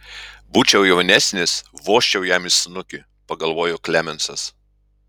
būčiau jaunesnis vožčiau jam į snukį pagalvojo klemensas